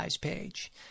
page